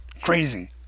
crazy